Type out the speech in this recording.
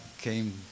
came